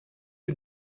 who